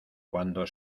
cuando